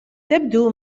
تبدو